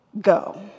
go